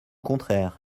contraire